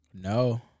No